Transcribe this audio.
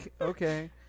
Okay